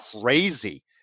crazy